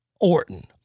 Orton